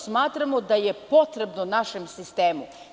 Smatramo da je potrebno našem sistemu.